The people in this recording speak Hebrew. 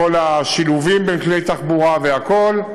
כל השילובים בין כלי תחבורה והכול,